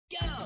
go